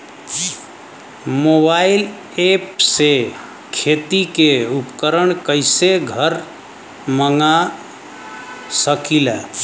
Mobile ऐपसे खेती के उपकरण कइसे घर मगा सकीला?